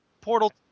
Portal